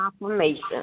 confirmation